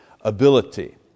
ability